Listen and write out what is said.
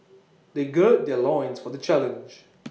they gird their loins for the challenge